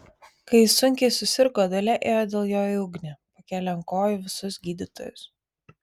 kai jis sunkiai susirgo dalia ėjo dėl jo į ugnį pakėlė ant kojų visus gydytojus